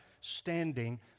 standing